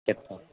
చెప్తాను